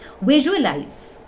visualize